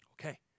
Okay